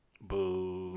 Boo